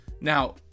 Now